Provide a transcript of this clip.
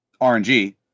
RNG